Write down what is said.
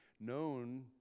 known